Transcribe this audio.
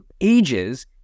ages